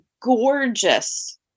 gorgeous